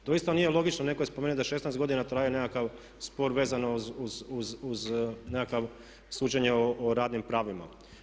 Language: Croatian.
Doista nije logično, netko je spomenuo da 16 godina traje nekakav spor vezano uz nekakvo suđenje o radnim pravima.